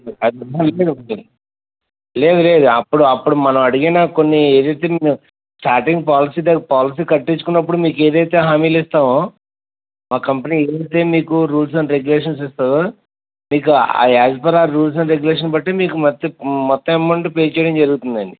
లేదు లేదు అప్పుడు అప్పుడు మనం అడిగిన కొన్ని ఏదైతే కొన్ని స్టార్టింగ్ పోలసీ కట్టించుకున్నప్పుడు మీకు ఏదైతే హామీలిస్తామో మా కంపెనీ ఏదైతే మీకు రూల్స్ అండ్ రెగ్యులేషన్స్ ఇస్తుందో మీకు ఆ as per our rules and regulations బట్టీ మీకు మొత్త మొత్తం అమౌంట్ పే చేయడం జరుగుతుంది అండి